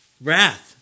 wrath